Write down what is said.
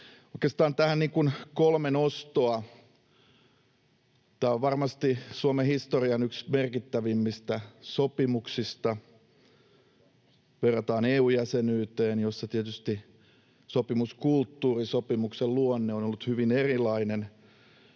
Oikeastaan tähän kolme nostoa: Tämä on varmasti Suomen historian yksi merkittävimmistä sopimuksista. [Kimmo Kiljunen: On varmasti!] Verrataan EU-jäsenyyteen, jossa tietysti sopimuskulttuuri, sopimuksen luonne on ollut hyvin erilainen,